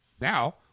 now